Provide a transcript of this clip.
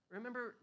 Remember